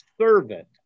servant